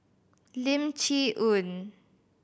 Lim Chee Onn